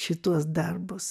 šituos darbus